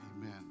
Amen